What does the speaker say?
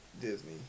Disney